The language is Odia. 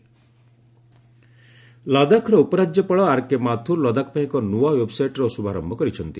ନିୟୁ ଲଦାଖ ୱେବ୍ସାଇଟ୍ ଲଦାଖର ଉପରାଜ୍ୟପାଳ ଆର୍କେ ମାଥୁର ଲଦାଖ ପାଇଁ ଏକ ନୂଆ ୱେବ୍ସାଇଟ୍ର ଶୁଭାରମ୍ଭ କରିଛନ୍ତି